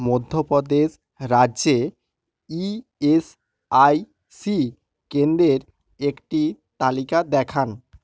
মধ্যপ্রদেশ রাজ্যে ইএসআইসি কেন্দ্রের একটি তালিকা দেখান